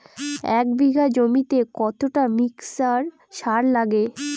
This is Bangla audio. এক বিঘা জমিতে কতটা মিক্সচার সার লাগে?